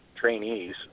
trainees